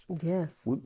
Yes